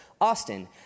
Austin